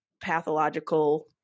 pathological